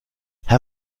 herr